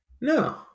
No